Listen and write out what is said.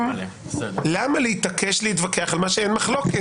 למה להתעקש להתווכח על מה שאין מחלוקת?